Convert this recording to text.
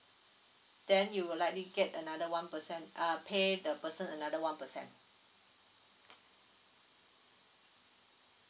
then you will likely get another one percent uh pay the person another one percent